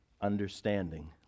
understanding